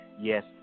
Yes